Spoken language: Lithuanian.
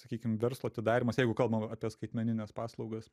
sakykim verslo atidarymas jeigu kalbam apie skaitmenines paslaugas